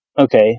okay